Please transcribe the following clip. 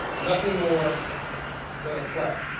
nothing more than a plaque.